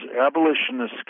abolitionists